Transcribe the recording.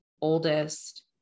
oldest